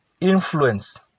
influence